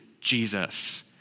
Jesus